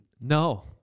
No